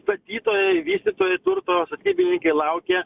statytojai vystytojai turto statybininkai laukia